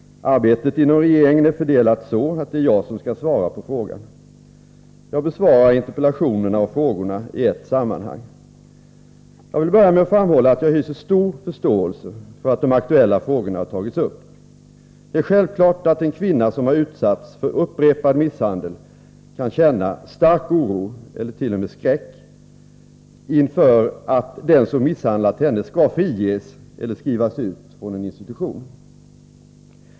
Arbetet inom regeringen är fördelat så att det är jag som skall svara på frågan. Jag besvarar interpellationerna och frågorna i ett sammanhang. Jag vill börja med att framhålla att jag hyser stor förståelse för att de aktuella frågorna har tagits upp. Det är självklart att en kvinna som har utsatts för upprepad misshandel kan känna stark oro — eller t.o.m. skräck — inför att den som misshandlat henne skall friges eller skrivas ut från en institution.